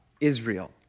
Israel